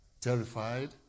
terrified